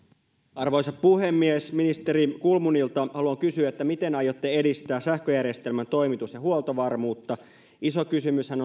arvoisa puhemies ministeri kulmunilta haluan kysyä miten aiotte edistää sähköjärjestelmän toimitus ja huoltovarmuutta iso kysymyshän